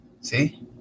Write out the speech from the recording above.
See